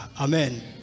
Amen